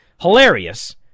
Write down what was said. hilarious